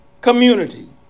community